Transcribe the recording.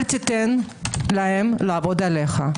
אל תיתן להם לעבוד עליך.